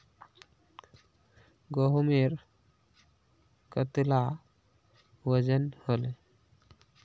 गहोमेर कतेला वजन हले